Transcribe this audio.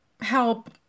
help